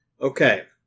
Okay